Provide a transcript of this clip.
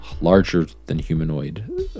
larger-than-humanoid